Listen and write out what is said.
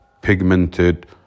pigmented